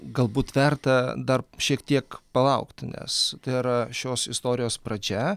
galbūt verta dar šiek tiek palaukti nes tai yra šios istorijos pradžia